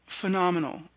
phenomenal